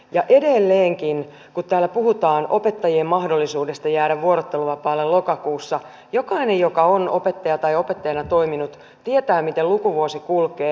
ja edelleenkin kun täällä puhutaan opettajien mahdollisuudesta jäädä vuorotteluvapaalle lokakuussa niin jokainen joka on opettaja tai opettajana toiminut tietää miten lukuvuosi kulkee